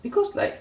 because like